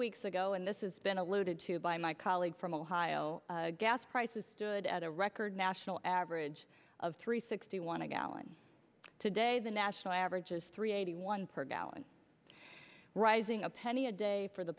weeks ago and this is been alluded to by my colleague from ohio gas prices at a record national average of three sixty one a gallon today the national average is three eighty one per gallon rising a penny a day for the